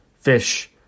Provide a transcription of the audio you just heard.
fish